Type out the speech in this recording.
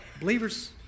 Believers